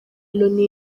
loni